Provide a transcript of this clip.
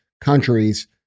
countries